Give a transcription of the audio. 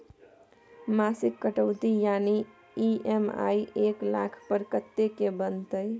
मासिक कटौती यानी ई.एम.आई एक लाख पर कत्ते के बनते?